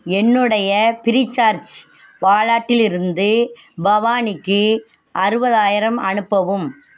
என்னுடைய ஃப்ரீசார்ஜ் வாலாட்டிலிருந்து பவானிக்கு அறுபதாயிரம் அனுப்பவும்